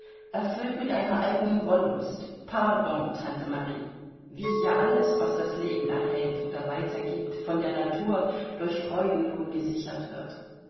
erfüllt mit einer eigenen wollust pardon tante marie wie ja alles was das leben erhält oder weitergibt von der natur durch freudenlohn gesichert wird